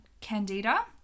candida